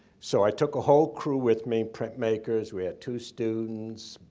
so i took a whole crew with me, print makers. we had two students,